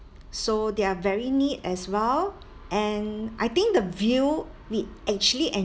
so they are very neat as well and I think the view we actually